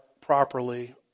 properly